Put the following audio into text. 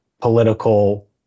political